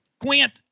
Quint